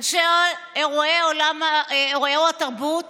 אנשי אירועי התרבות